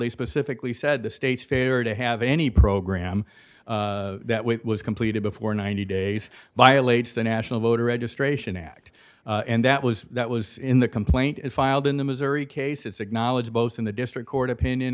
they specifically said the state fair to have any program that was completed before ninety days violates the national voter registration act and that was that was in the complaint filed in the missouri cases acknowledged both in the district court opinion